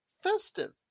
festive